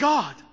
God